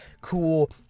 cool